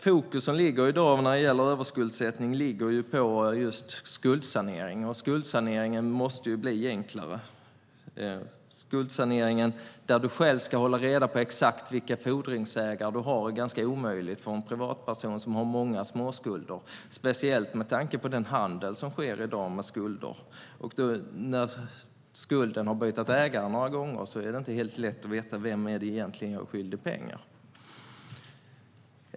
Fokus när det gäller överskuldsättning ligger på skuldsanering, och den måste bli enklare. Det är nästan omöjligt för en privatperson som har många småskulder att själva hålla reda på alla fordringsägare, speciellt med tanke på den handel med skulder som sker i dag. När skulden har bytt ägare några gånger är det inte helt lätt att veta: Vem är det egentligen som jag är skyldig pengar?